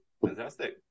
fantastic